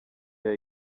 yayo